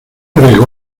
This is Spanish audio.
arriesgó